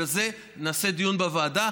ובזה נעשה דיון בוועדה.